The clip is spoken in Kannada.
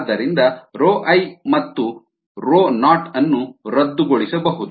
ಆದ್ದರಿಂದ i ಮತ್ತು 0 ಅನ್ನು ರದ್ದುಗೊಳಿಸಬಹುದು